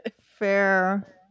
Fair